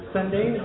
Sunday